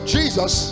Jesus